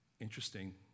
Interesting